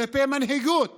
כלפי מנהיגות